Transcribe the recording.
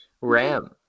ram